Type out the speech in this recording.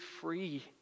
free